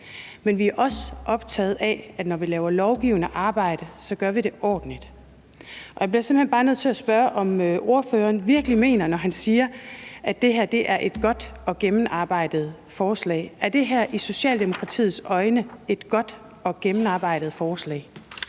men vi er også optagede af, at vi, når vi laver lovgivende arbejde, så gør det ordentligt, og jeg bliver simpelt hen bare nødt til at spørge, om ordføreren virkelig mener det, når han siger, at det her er et godt og gennemarbejdet forslag. Er det her i Socialdemokratiets øjne et godt og gennemarbejdet forslag?